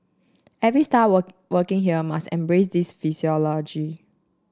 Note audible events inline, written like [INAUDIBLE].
every staff [UNINTELLIGIBLE] working here must embrace this [UNINTELLIGIBLE]